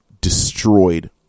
destroyed